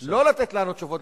לא לתת לנו תשובות,